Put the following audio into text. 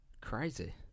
Crazy